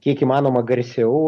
kiek įmanoma garsiau